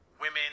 women